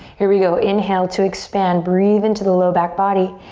here we go, inhale to expand, breathe into the lower back body.